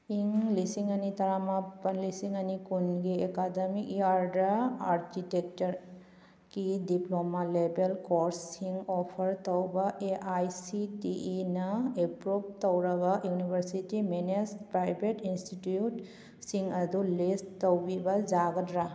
ꯏꯪ ꯂꯤꯁꯤꯡ ꯑꯅꯤ ꯇꯔꯥꯃꯥꯄꯜ ꯂꯤꯁꯤꯡ ꯑꯅꯤ ꯀꯨꯟꯒꯤ ꯑꯦꯀꯥꯗꯃꯤꯛ ꯏꯌꯥꯔꯗ ꯑꯥꯔꯀꯤꯇꯦꯛꯆꯔꯀꯤ ꯗꯤꯄ꯭ꯂꯣꯃꯥ ꯂꯦꯕꯦꯜ ꯀꯣꯔꯁꯁꯤꯡ ꯑꯣꯐꯔ ꯇꯧꯕ A I C T E approve ꯇꯧꯔꯕ ꯏꯎꯅꯤꯚꯔꯁꯤꯇꯤ ꯃꯦꯅꯦꯁ ꯄ꯭ꯔꯥꯏꯚꯦꯠ ꯏꯟꯁꯇꯤꯇ꯭ꯋꯨꯠꯁꯤꯡ ꯑꯗꯨ ꯂꯤꯁ ꯇꯧꯕꯤꯕ ꯌꯥꯒꯗ꯭ꯔꯥ